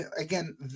again